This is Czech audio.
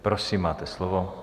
Prosím, máte slovo.